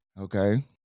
Okay